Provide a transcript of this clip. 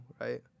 right